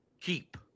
keep